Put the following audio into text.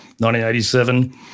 1987